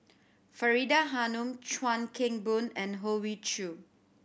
Faridah Hanum Chuan Keng Boon and Hoey Choo